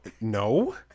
no